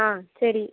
ஆ சரி